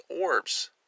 orbs